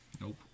Nope